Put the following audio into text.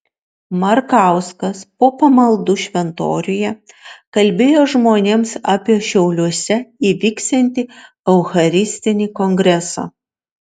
markauskas po pamaldų šventoriuje kalbėjo žmonėms apie šiauliuose įvyksiantį eucharistinį kongresą